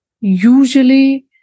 usually